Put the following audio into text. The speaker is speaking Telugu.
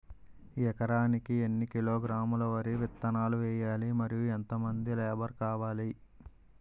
ఎకరానికి ఎన్ని కిలోగ్రాములు వరి విత్తనాలు వేయాలి? మరియు ఎంత మంది లేబర్ కావాలి?